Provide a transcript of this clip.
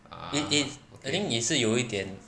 it is I think 你是有一点